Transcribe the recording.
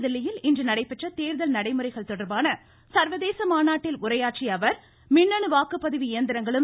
புதுதில்லியில் இன்று நடைபெற்ற தேர்தல் நடைமுறைகள் தொடர்பான சர்வதேச மாநாட்டில் உரையாற்றிய அவர் மின்னணு வாக்குப்பதிவு இயந்திரங்களும்